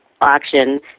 auction